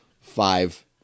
five